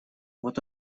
вот